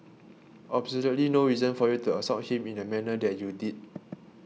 absolutely no reason for you to assault him in the manner that you did